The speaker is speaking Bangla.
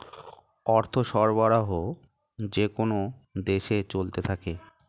অর্থ সরবরাহ যেকোন দেশে চলতে থাকে